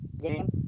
game